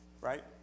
right